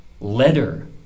letter